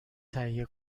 تهیه